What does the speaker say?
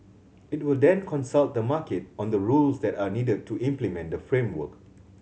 it will then consult the market on the rules that are needed to implement the framework